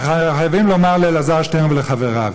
אנחנו חייבים לומר לאלעזר שטרן ולחבריו: